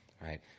right